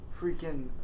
freaking